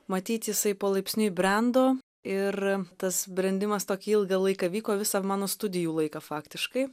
matyt jisai palaipsniui brendo ir tas brendimas tokį ilgą laiką vyko visą mano studijų laiką faktiškai